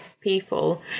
people